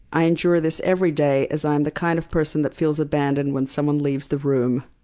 i endure this every day, as i'm the kind of person that feels abandoned when someone leaves the room.